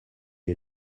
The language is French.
est